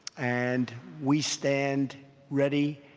and we stand ready,